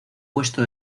puesto